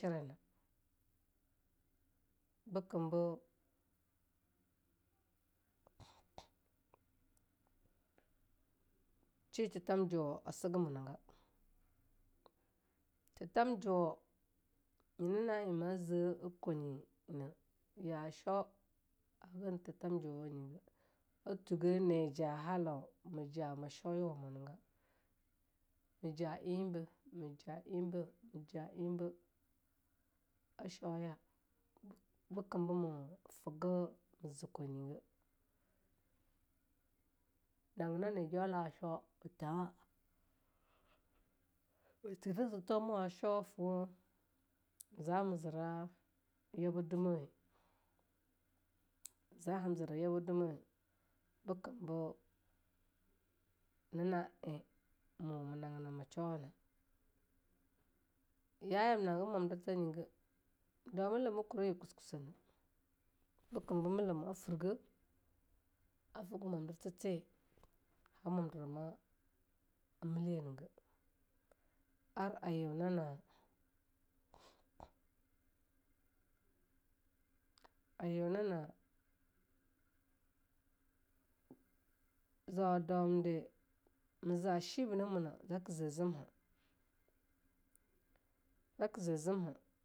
Bekim bo - shi tetham juwo a siga muaga. Tetham juwoe nyena na'ei ma ze a kwanyine ya shoe hagen tetham juwoewanyige, a tuge neja halla me jama shoeyawamu ega, meja eibe, me ja eibe ashoeya bekim me foega me ze kwanyege. agea e jaula shoe ke tam me there tethamwa shoewa fuewe za me zire yabadumowa za ham zira yabadumowe baki be yia a'ei mo ma ageama shoea na. yayama hage modirtha yi ge medwa millamoe a yue kusaekusaee bekim be millamoe a furge a fuga modirtha the ham modiram - a millye nega, ar a yuenana, a yuenana, - zwoe a dawumde me za shiba muna zake ze zimha, zake ze zimha.